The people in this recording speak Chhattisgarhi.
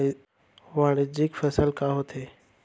वाणिज्यिक फसल का होथे?